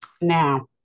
Now